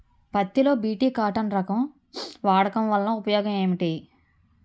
పత్తి లో BT cotton రకం వాడకం వల్ల ఉపయోగం ఏమిటి?